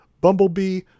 Bumblebee